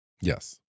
Yes